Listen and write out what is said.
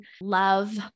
love